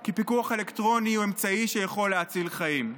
כי פיקוח אלקטרוני הוא אמצעי שיכול להציל חיים.